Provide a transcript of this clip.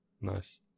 Nice